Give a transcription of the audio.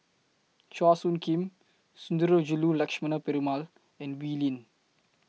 Chua Soo Khim Sundarajulu Lakshmana Perumal and Wee Lin